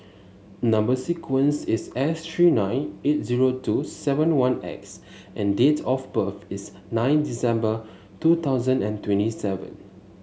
number sequence is S three nine eight zero two seven one X and date of birth is nine December two thousand and twenty seven